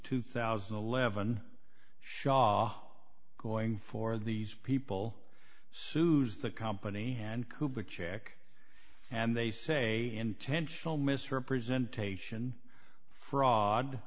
two thousand and eleven shaw going for these people sues the company and qubit check and they say intentional misrepresentation fraud